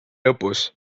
lõpus